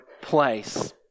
place